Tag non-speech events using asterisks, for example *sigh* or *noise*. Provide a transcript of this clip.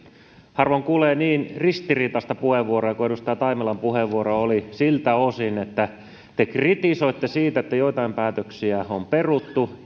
harvoin kuulee niin ristiriitaista puheenvuoroa kuin edustaja taimelan puheenvuoro oli siltä osin että te kritisoitte sitä että joitain päätöksiä on peruttu *unintelligible*